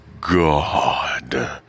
God